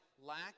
lack